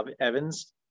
Evans